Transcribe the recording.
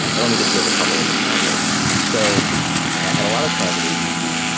and let me just give a couple of examples so a lot of transit agencies,